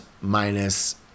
minus